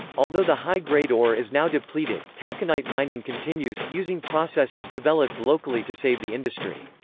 although the high-grade ore is now depleted, taconite mining continues, using processes developed locally to save the industry.